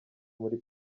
muli